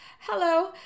hello